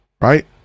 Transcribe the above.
right